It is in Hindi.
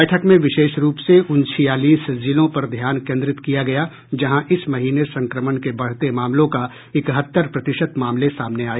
बैठक में विशेष रूप से उन छियालीस जिलों पर ध्यान केन्द्रित किया गया जहां इस महीने संक्रमण के बढ़ते मामलों का इकहत्तर प्रतिशत मामले सामने आए